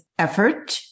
Effort